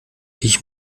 ich